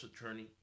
attorney